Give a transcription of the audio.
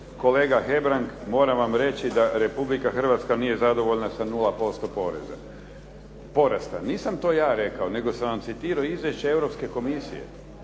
kolega Hebrang moram vam reći da Republika Hrvatska nije zadovoljna sa 0% porasta. Nisam to ja rekao, nego sam vam citirao izvješće Europske komisije.